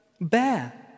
bear